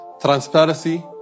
Transparency